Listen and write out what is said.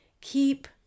keep